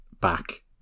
back